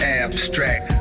abstract